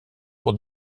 pour